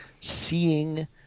seeing